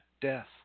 death